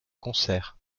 concerts